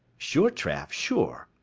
sure, trav, sure,